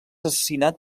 assassinat